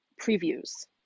previews